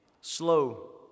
slow